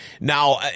Now